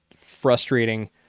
frustrating